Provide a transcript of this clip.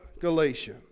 Galatia